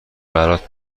برات